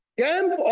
camp